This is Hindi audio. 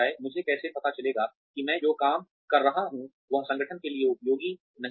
मुझे कैसे पता चलेगा कि मैं जो काम कर रहा हूं वह संगठन के लिए उपयोगी नहीं है